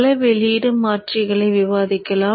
பல வெளியீடு மாற்றிகளை விவாதிக்கலாம்